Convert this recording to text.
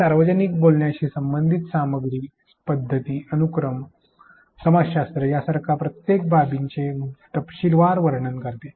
हे सार्वजनिक बोलण्याशी संबंधित सामग्री पद्धती अनुक्रम समाजशास्त्र यासारख्या प्रत्येक बाबींचे तपशीलवार वर्णन करते